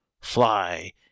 Fly